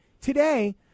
today